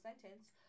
sentence